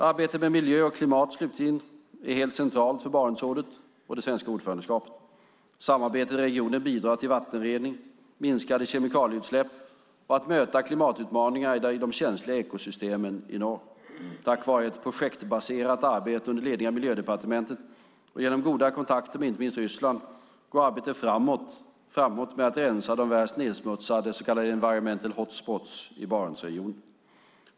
Arbetet med miljö och klimat, slutligen, är helt centralt för Barentsrådet och det svenska ordförandeskapet. Samarbetet i regionen bidrar till vattenrening, till minskade kemikalieutsläpp och till att möta klimatutmaningarna i de känsliga ekosystemen i norr. Tack vare ett projektbaserat arbete under ledning av Miljödepartementet och genom goda kontakter med inte minst Ryssland går arbetet framåt med att rena de värst nedsmutsade så kallade environmental hot spots i Barentsregionen.